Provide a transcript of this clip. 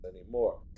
anymore